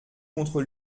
contre